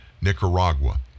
Nicaragua